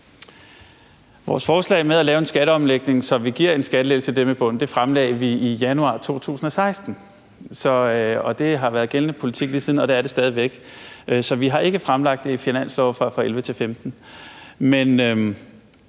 Vores forslag om at lave en skatteomlægning, så vi giver en skattelettelse til dem i bunden, fremlagde vi i januar 2016, og det har været gældende politik lige siden, og det er det stadig væk. Så vi har ikke fremlagt det i finanslovsforhandlingerne fra 2011 til 2015.